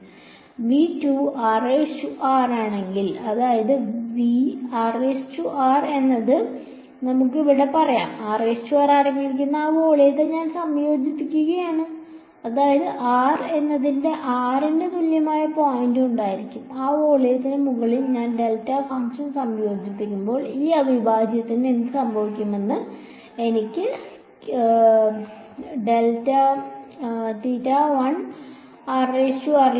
r ആണെങ്കിൽ അതായത് r എന്നത് നമുക്ക് ഇവിടെ പറയാം r അടങ്ങിയിരിക്കുന്ന ആ വോള്യത്തെ ഞാൻ സംയോജിപ്പിക്കുകയാണ് അതായത് r എന്നത് r ന് തുല്യമായ ഒരു പോയിന്റ് ഉണ്ടായിരിക്കും ആ വോള്യത്തിന് മുകളിൽ ഞാൻ ഡെൽറ്റ ഫംഗ്ഷൻ സംയോജിപ്പിക്കുമ്പോൾ ഈ അവിഭാജ്യത്തിന് എന്ത് സംഭവിക്കുമെന്ന് എനിക്ക് ലഭിക്കും